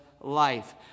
life